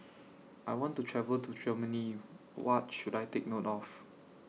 I want to travel to Germany What should I Take note of